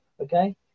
okay